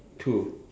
two